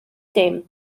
dim